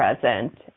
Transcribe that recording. present